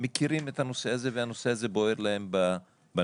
מכירים את הנושא הזה והנושא הזה בוער להם בנשמה.